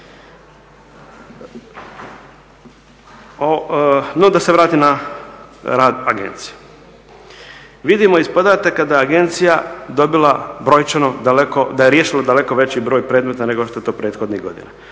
No, da se vratim na rad agencije. Vidimo, ispada kada je agencija dobila brojčano daleko, da je riješila daleko veći broj predmeta nego što je to prethodnih godina.